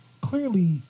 clearly